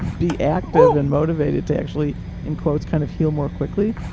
be active and motivated to actually in quotes kind of heal more quickly,